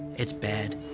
it's bad.